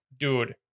Dude